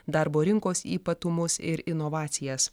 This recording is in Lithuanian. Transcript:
darbo rinkos ypatumus ir inovacijas